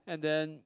and then